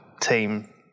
team